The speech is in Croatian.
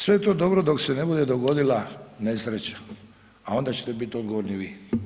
Sve je to dobro dok se ne bude dogodila nesreća, a onda ćete biti odgovorni vi.